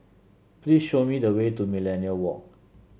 please show me the way to Millenia Walk